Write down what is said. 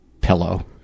pillow